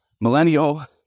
millennial